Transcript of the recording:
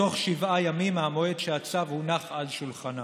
בתוך שבעה ימים מהמועד שהצו הונח על שולחנה,